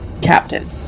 Captain